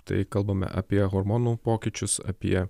tai kalbame apie hormonų pokyčius apie